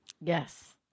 Yes